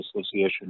association